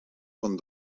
con